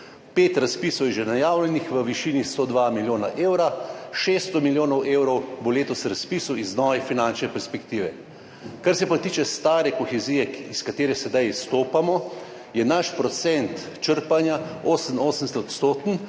Pet razpisov je že najavljenih v višini 102 milijona evrov, 600 milijonov evrov bo letos razpisov iz nove finančne perspektive. Kar se pa tiče stare kohezije, iz katere sedaj izstopamo, je naš procent črpanja 88-odstoten